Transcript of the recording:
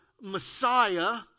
Messiah